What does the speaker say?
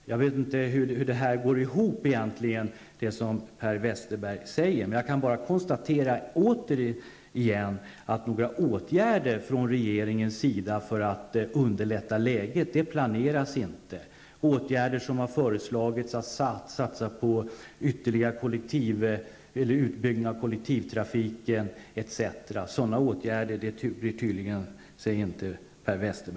Jag vet inte hur det som Per Westerberg säger går ihop, men jag konstaterar återigen att det inte planeras några åtgärder från regeringens sida för att underlätta läget. Sådana åtgärder som har föreslagits, t.ex. att satsa på ytterligare utbyggnad av kollektivtrafiken, bryr sig Per Westerberg tydligen inte om.